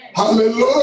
Hallelujah